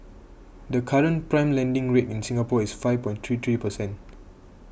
the current prime lending rate in Singapore is five point three three percent